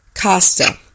Costa